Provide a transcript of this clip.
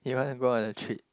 you wanna go on a trip